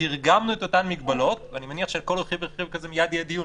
תרגמנו את אותן מגבלות ואני מניח שעל כל רכיב ורכיב כזה מייד יהיה דיון,